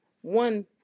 one